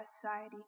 society